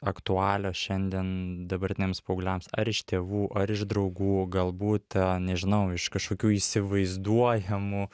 aktualios šiandien dabartiniams paaugliams ar iš tėvų ar iš draugų galbūt a nežinau iš kažkokių įsivaizduojamų